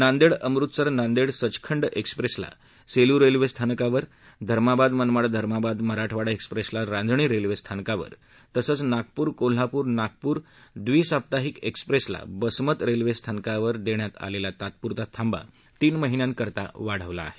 नांदेड अमृतसर नांदेड सचखंड एक्स्प्रेसला सेलू रेल्वे स्थानकावरधर्माबाद मनमाड धर्माबाद मराठवाडा एक्स्प्रेसला रांजणी रेल्वे स्थानकावर तसंच नागपूर कोल्हापूर नागपूर द्वी साप्ताहिक एक्स्प्रेसला बसमत रेल्वे स्थानकावर देण्यात आलेला तात्पुरता थांबा तीन महिन्या करीता वाढवण्यात आला आहे